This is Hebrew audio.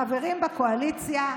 חברים בקואליציה.